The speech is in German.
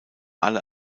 alle